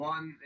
One